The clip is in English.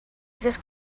just